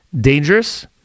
dangerous